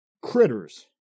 critters